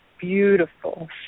beautiful